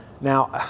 Now